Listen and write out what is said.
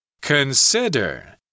Consider